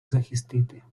захистити